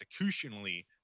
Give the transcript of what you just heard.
executionally